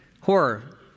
Horror